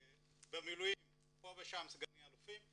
במילואים יש פה ושם סגני אלופים.